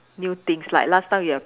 new things like last time you have